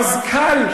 המזכ"ל,